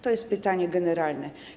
To jest pytanie generalne.